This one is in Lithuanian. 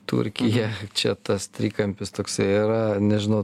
turkija čia tas trikampis toks yra nežinau